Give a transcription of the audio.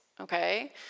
okay